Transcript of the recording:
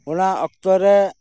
ᱚᱱᱟ ᱚᱠᱛᱚᱨᱮ